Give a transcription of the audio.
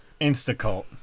Instacult